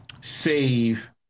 save